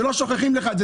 שלא שוכחים לך את זה.